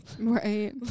Right